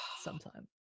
sometime